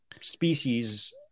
species